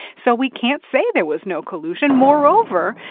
so we can't say there was no collusion moreover,